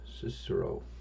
Cicero